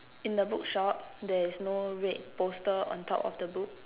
in the book shop there is no red poster on top of the book